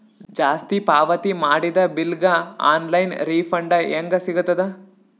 ಜಾಸ್ತಿ ಪಾವತಿ ಮಾಡಿದ ಬಿಲ್ ಗ ಆನ್ ಲೈನ್ ರಿಫಂಡ ಹೇಂಗ ಸಿಗತದ?